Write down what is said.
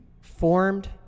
formed